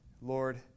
Lord